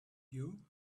you